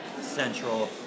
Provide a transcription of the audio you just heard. Central